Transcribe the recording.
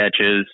catches